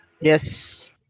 Yes